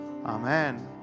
Amen